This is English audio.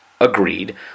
agreed